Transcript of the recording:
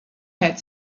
had